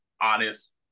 honest